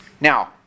Now